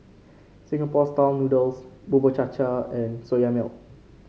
Singapore style noodles Bubur Cha Cha and Soya Milk